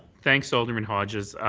thanks, alderman hodges.